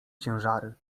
ciężary